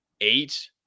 eight